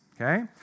okay